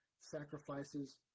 sacrifices